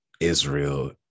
Israel